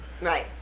Right